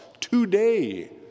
today